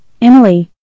Emily